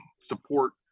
support